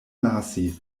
lasi